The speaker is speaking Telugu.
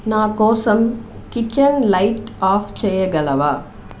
నా కోసం కిచెన్ లైట్ ఆఫ్ చేయగలవా